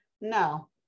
No